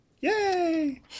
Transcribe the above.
yay